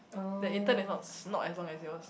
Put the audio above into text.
the intern is not not as long as yours